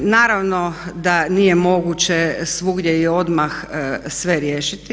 Naravno da nije moguće svugdje i odmah sve riješiti.